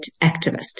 activist